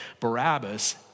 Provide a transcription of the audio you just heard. Barabbas